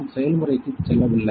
நாம் செயல்முறைக்கு செல்லவில்லை